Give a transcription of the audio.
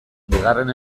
bigarren